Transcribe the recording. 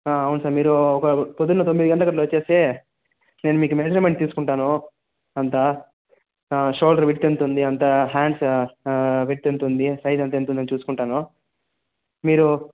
అవును సార్ మీరు ఒక పొద్దున తొమ్మిదిగంటలకల్ల వస్తే నేను మీకు మెసర్మెంట్ తీసుకుంటాను అంతా సోల్డరు విడ్త్ ఎంత ఉంది అంతా హాండ్స్ విడ్త్ ఎంత ఉంది సైజ్ అంతా ఎంత ఉంది చూసుకుంటాను మీరు